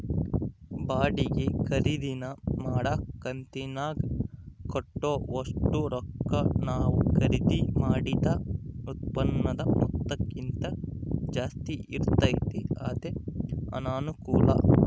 ಬಾಡಿಗೆ ಖರೀದಿನ ಮಾಡಕ ಕಂತಿನಾಗ ಕಟ್ಟೋ ಒಷ್ಟು ರೊಕ್ಕ ನಾವು ಖರೀದಿ ಮಾಡಿದ ಉತ್ಪನ್ನುದ ಮೊತ್ತಕ್ಕಿಂತ ಜಾಸ್ತಿ ಇರ್ತತೆ ಅದೇ ಅನಾನುಕೂಲ